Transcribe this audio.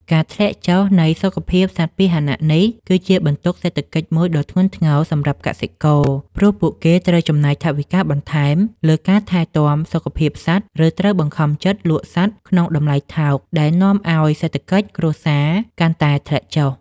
ការធ្លាក់ចុះនៃសុខភាពសត្វពាហនៈនេះ គឺជាបន្ទុកសេដ្ឋកិច្ចមួយដ៏ធ្ងន់ធ្ងរសម្រាប់កសិករ ព្រោះពួកគេត្រូវចំណាយថវិកាបន្ថែមលើការថែទាំសុខភាពសត្វ ឬត្រូវបង្ខំចិត្តលក់សត្វក្នុងតម្លៃថោក ដែលនាំឱ្យសេដ្ឋកិច្ចគ្រួសារកាន់តែធ្លាក់ចុះ។